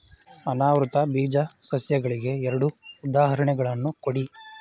ಅನಾವೃತ ಬೀಜ ಸಸ್ಯಗಳಿಗೆ ಎರಡು ಉದಾಹರಣೆಗಳನ್ನು ಕೊಡಿ